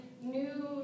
new